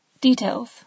Details